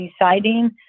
deciding